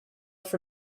for